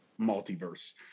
multiverse